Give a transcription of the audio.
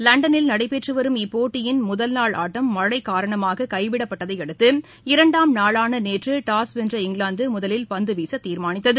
லண்டனில் நடைபெற்று வரும் இப்போட்டியின் முதல் நாள் ஆட்டம் மழை காரணமாக கைவிடப்பட்டதை அடுத்து இரண்டாம் நாளான நேற்று டாஸ் வென்ற இங்கிலாந்து முதலில் பந்துவீச தீர்மானித்தது